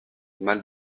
mal